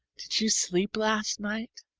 did you sleep last night?